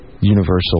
universal